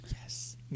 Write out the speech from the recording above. Yes